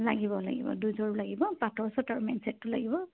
লাগিব লাগিব দুযোৰ লাগিব পাটৰ ছেট আৰু মেইন ছেটটো লাগিব